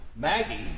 Maggie